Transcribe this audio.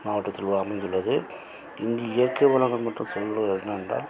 மாவட்டத்தில் அமைந்துள்ளது இந்த இயற்கை வளங்கள் பற்றி சொல்ல என்ன என்றால்